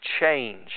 change